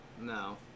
No